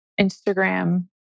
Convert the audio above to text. Instagram